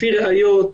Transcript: לפי ראיות,